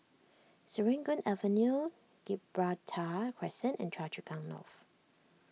Serangoon Avenue Gibraltar Crescent and Choa Chu Kang North